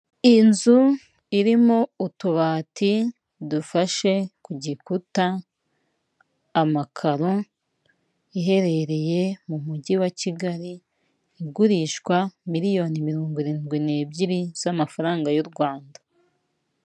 Inzu irimo utubati dufashe ku gikuta namakaro iherereye mu mujyi wa kigali igurishwa miliyoni mirongo irindwi n'ebyiri z'amafaranga y'u rwanda .